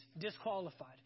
disqualified